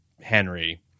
Henry